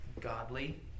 godly